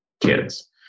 kids